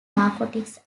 narcotics